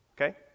okay